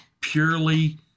purely